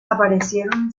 aparecieron